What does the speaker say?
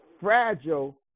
fragile